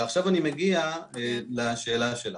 ועכשיו אני מגיע לשאלה שלך.